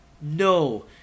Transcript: no